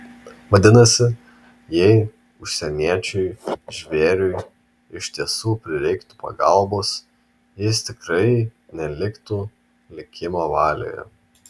vadinasi jei užsieniečiui žvėriui iš tiesų prireiktų pagalbos jis tikrai neliktų likimo valioje